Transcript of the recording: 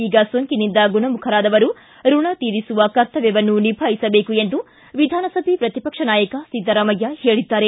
ಈಗ ಸೋಂಕಿನಿಂದ ಗುಣಮುಖರಾದವರು ಋಣ ತೀರಿಸುವ ಕರ್ತವ್ವವನ್ನು ನಿಭಾಯಿಸಬೇಕು ಎಂದು ವಿಧಾನಸಭೆ ಪ್ರತಿಪಕ್ಷ ನಾಯಕ ಸಿದ್ದರಾಮಯ್ಯ ಹೇಳಿದ್ದಾರೆ